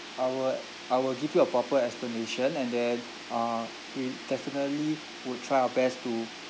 I will I will give you a proper explanation and then uh we definitely would try our best to